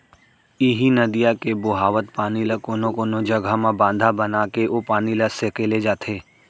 इहीं नदिया के बोहावत पानी ल कोनो कोनो जघा म बांधा बनाके ओ पानी ल सकेले जाथे